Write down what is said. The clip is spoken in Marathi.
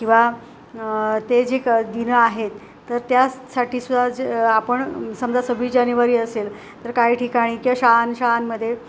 किंवा ते जे क दिन आहेत तर त्यासाठी सुद्धा जे आपण समजा सव्वीस जानेवारी असेल तर काही ठिकाणी किंवा शाळांशाळांमध्ये